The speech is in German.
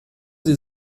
sie